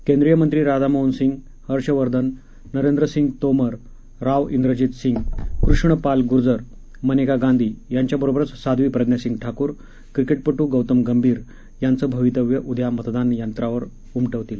केंद्रीय मंत्री राधामोहन सिंह हर्षवर्धन नरेंद्र सिंह तोमर राव व्विजित सिंह कृष्ण पाल गुर्जर मनेका गांधी यांच्या बरोबरच साध्वी प्रज्ञा सिंह ठाकूर क्रिकेटपटू गौतम गंभीर यांचं भवितव्य उद्या मतदार यंत्रावर उमटवतील